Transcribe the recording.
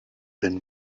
been